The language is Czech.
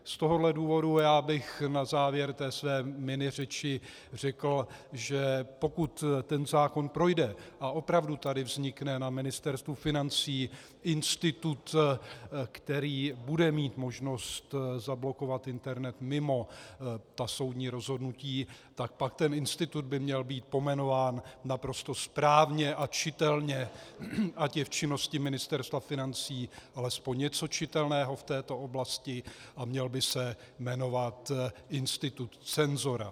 Z tohoto důvodu bych na závěr té své miniřeči řekl, že pokud zákon projde a opravdu tady vznikne na Ministerstvu financí institut, který bude mít možnost zablokovat internet mimo ta soudní rozhodnutí, tak pak ten institut by měl být pojmenován naprosto správně a čitelně, ať je v činnosti Ministerstva financí alespoň něco čitelného v této oblasti, a měl by se jmenovat institut cenzora.